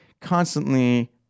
constantly